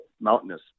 mountainous